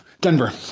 denver